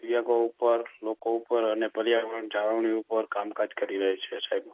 ઉપર લોકો ઉપર અને પર્યાવરણ જાળવણી ઉપર કામકાજ કરી રહી છે સાહેબ